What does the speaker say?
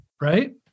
Right